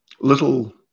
little